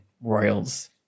Royal's